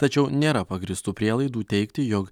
tačiau nėra pagrįstų prielaidų teigti jog